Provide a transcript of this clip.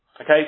Okay